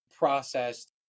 processed